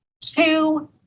two